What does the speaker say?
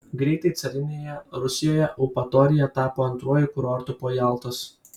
greitai carinėje rusijoje eupatorija tapo antruoju kurortu po jaltos